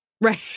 right